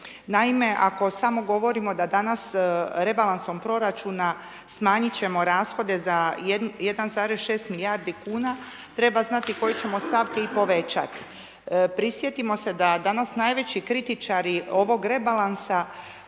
Naime, ako samo govorimo da danas rebalansom proračuna smanjit ćemo rashode za 1,6 milijardi kuna, treba znati koje ćemo stavke i povećati. Prisjetimo se da danas najveći kritičari ovog rebalansa